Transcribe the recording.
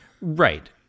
Right